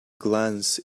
glance